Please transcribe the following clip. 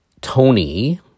tony